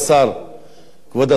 כבוד השר מדבר בפלאפון.